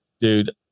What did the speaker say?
dude